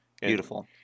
Beautiful